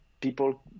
people